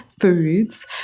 foods